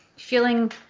feeling